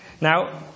Now